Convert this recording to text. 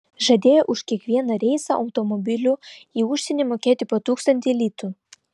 žadėjo už kiekvieną reisą automobiliu į užsienį mokėti po tūkstantį litų